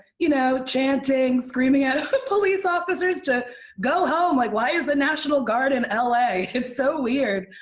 you know, chanting, screaming at police officers to go home. like, why is the national guard in l a? it's so weird.